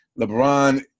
LeBron